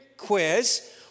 quiz